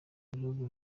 ibihugu